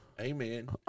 amen